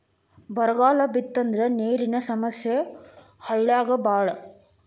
ಬರಗಾಲ ಬಿತ್ತಂದ್ರ ನೇರಿನ ಸಮಸ್ಯೆ ಹಳ್ಳ್ಯಾಗ ಬಾಳ